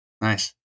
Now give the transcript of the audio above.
Nice